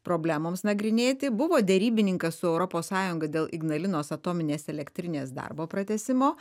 problemoms nagrinėti buvo derybininkas su europos sąjunga dėl ignalinos atominės elektrinės darbo pratęsimo